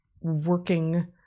working